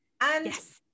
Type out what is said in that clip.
Yes